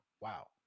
Wow